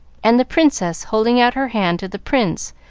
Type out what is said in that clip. and the princess holding out her hand to the prince,